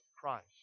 Christ